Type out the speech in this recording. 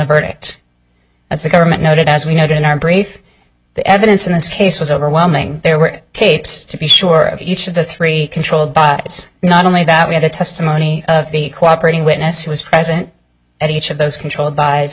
verdict as the government noted as we noted in our brief the evidence in this case was overwhelming there were tapes to be sure of each of the three controlled by not only that we had a testimony of the cooperation witness who was present at each of those controlled by